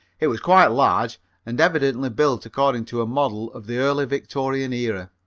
it was quite large and evidently built according to a model of the early victorian era.